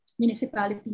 municipality